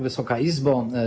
Wysoka Izbo!